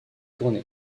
tournée